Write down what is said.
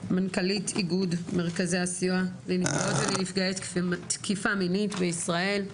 מנכ"לית איגוד מרכזי הסיוע לנפגעות ולנפגעי תקיפה מינית בישראל,